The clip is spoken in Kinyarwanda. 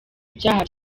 ibyaha